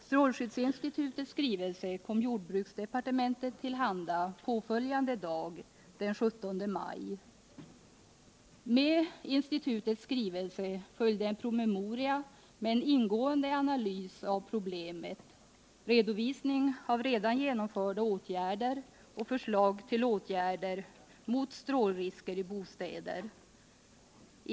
Strålskyddsinstitutets skrivelse kom jordbruksdepartementet till handa påföljande dag, den 17 maj. Med strålskyddsinstitutets skrivelse följde en promemoria med en ingående analys av problemet, redovisning av redan genomförda åtgärder och förslag till åtgärder mot strålningsrisker i bostäder.